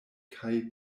kaj